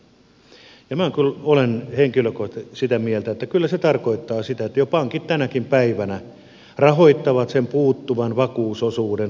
ja minä kyllä olen henkilökohtaisesti sitä mieltä että kyllä se tarkoittaa sitä että pankit jo tänäkin päivänä rahoittavat sen puuttuvan vakuusosuuden kulutusluotolla